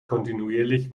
kontinuierlich